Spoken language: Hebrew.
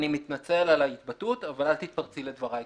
אני מתנצל על ההתבטאות אבל אל תתפרצי לדבריי,